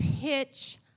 pitch